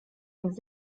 und